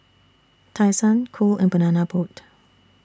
Tai Sun Cool and Banana Boat